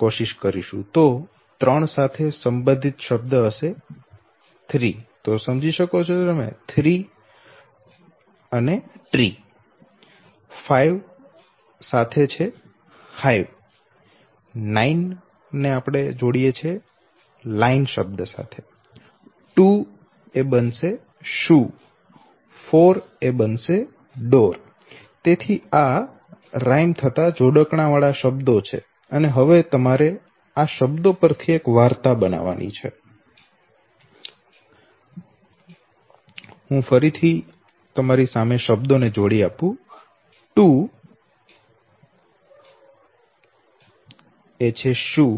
તેથી 3 સાથે સંબંધિત શબ્દ હશે ટ્રી 5 સાથે સંબંધિત શબ્દ હશે હાઈવ 9 એ લાઈન 2 એ શુ 4 એ ડોર તેથી આ જોડકણાવાળા શબ્દો છે અને હવે તમે એક વાર્તા બનાવો છો